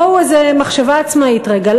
בואו, מחשבה עצמאית רגע.